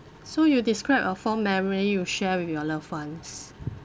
so you describe a fond memory you share with your loved ones